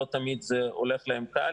לא תמיד זה הולך להם קל.